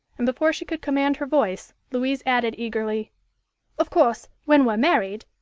and before she could command her voice louise added eagerly of course, when we're married,